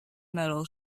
metal